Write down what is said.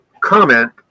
comment